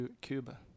Cuba